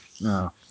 No